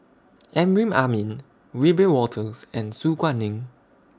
Amrin Amin Wiebe Wolters and Su Guaning